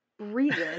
reason